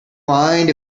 mind